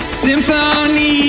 symphony